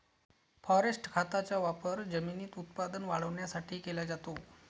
phosphate खताचा वापर जमिनीत उत्पादन वाढवण्यासाठी केला जातो